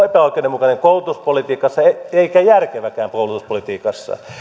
epäoikeudenmukainen koulutuspolitiikassa eikä järkeväkään koulutuspolitiikassa